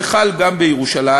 זה חל גם בירושלים,